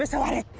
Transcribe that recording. aladdin.